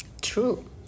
true